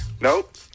Nope